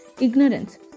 ignorance